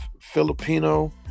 Filipino